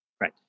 Right